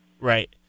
right